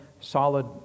solid